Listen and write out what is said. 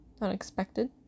unexpected